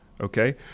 Okay